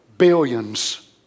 Billions